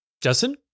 justin